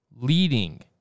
leading